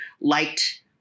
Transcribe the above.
liked